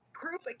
group